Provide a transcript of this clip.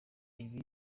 ibi